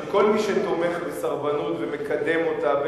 שכל מי שתומך בסרבנות ומקדם אותה,